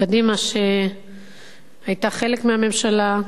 קדימה, שהיתה חלק מהממשלה,